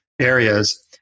areas